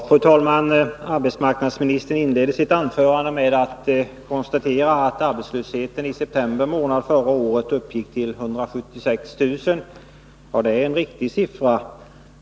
Fru talman! Arbetsmarknadsministern inledde sitt anförande med att konstatera att antalet arbetslösa i september månad förra året uppgick till 176 000. Antalet är riktigt.